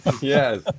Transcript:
Yes